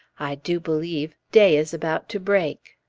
i do believe day is about to break!